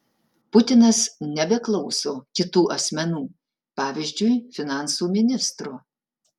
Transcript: putinas nebeklauso kitų asmenų pavyzdžiui finansų ministro